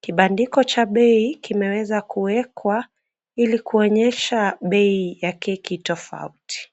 Kibandiko cha bei kimeeza kuwekwa ili kuonyesha bei ya keki tofauti.